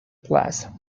plaza